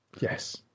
Yes